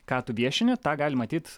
ką tu viešini tą gali matyt